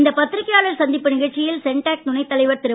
இந்த பத்தரிக்கையாளர் சந்திப்பு நிகழ்ச்சியில் சென்டாக் துணைத் தலைவர் திரு